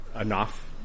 enough